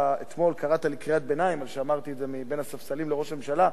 אתמול קראת לי קריאת ביניים על שאמרתי את זה מבין הספסלים לראש הממשלה: